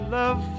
love